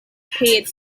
paid